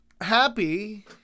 Happy